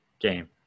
game